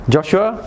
Joshua